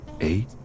eight